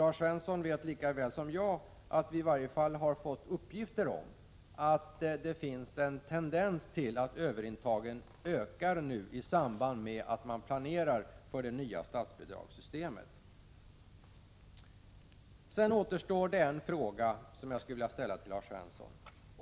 Lars Svensson vet lika väl som jag att vi i varje fall har fått uppgifter om att det finns en tendens till att överintagen ökar nu, i samband med att man planerar för det nya statsbidragssystemet. Det återstår en fråga som jag skulle vilja ställa till Lars Svensson.